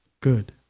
good